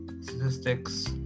Statistics